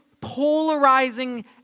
polarizing